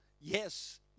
yes